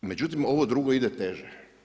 Međutim ovo drugo ide teže.